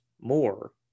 more